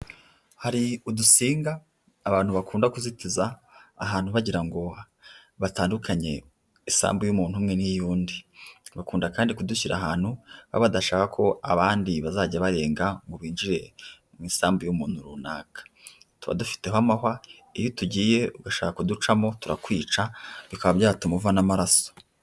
Hari udusinga abantu bakunda kuzitiza ahantu bagira ngo batandukanye isambu y'umuntu umwe n'iy'undi. Bakunda kandi kudushyira ahantu baba badashaka ko abandi bazajya barenga ngo binjire mu isambu y'umuntu runaka. Tuba dufiteho amahwa iyo tugiye ugashaka kuducamo turakwica bikaba byatuma uva n'amaraso.